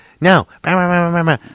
No